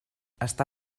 està